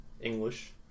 English